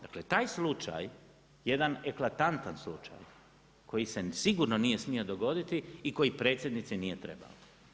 Dakle, taj slučaj, jedan eklatantan slučaj, koji se sigurno nije smio dogoditi i koji predsjednici nije trebao.